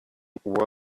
what